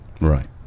Right